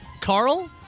Carl